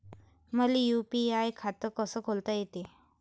मले यू.पी.आय खातं कस खोलता येते?